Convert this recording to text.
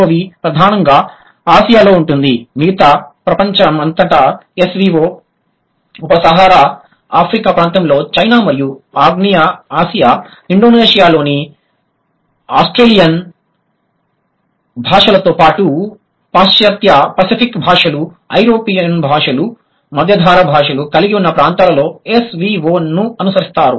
SOV ప్రధానంగా ఆసియాలో ఉంటుంది మిగతా ప్రపంచం అంతటా SVO ఉప సహారా ఆఫ్రికా ప్రాంతంలో చైనా మరియు ఆగ్నేయ ఆసియా ఇండోనేషియాలోని ఆస్ట్రలేసియన్ భాషలతో పాటు పాశ్చాత్య పసిఫిక్ భాషలు యూరోపియన్ భాషలు మధ్యధరా భాషలు కలిగి ఉన్న ప్రాంతాల్లో SVO ను అనుసరిస్తారు